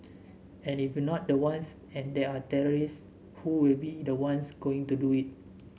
and if we not the ones and there are terrorists who will be the ones going to do it